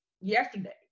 Yesterday